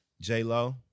j-lo